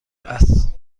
است